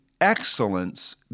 excellence